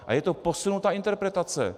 A je to posunutá interpretace.